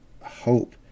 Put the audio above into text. hope